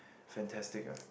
fantastic ah